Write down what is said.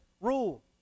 rule